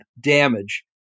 damage